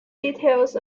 details